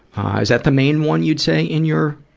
is that the main one, you'd say, in your